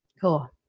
Cool